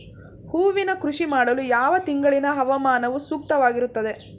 ಹೂವಿನ ಕೃಷಿ ಮಾಡಲು ಯಾವ ತಿಂಗಳಿನ ಹವಾಮಾನವು ಸೂಕ್ತವಾಗಿರುತ್ತದೆ?